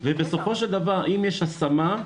בסופו של דבר אם יש השמה,